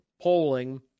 polling